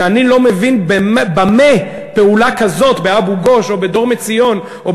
שאני לא מבין במה פעולה כזאת באבו-גוש או ב"דורמיציון" או